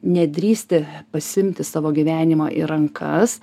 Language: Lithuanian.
nedrįsti pasiimti savo gyvenimą į rankas